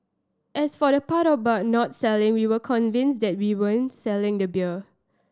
as for the part about not selling we were convinced that we weren't selling the beer